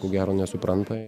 ko gero nesupranta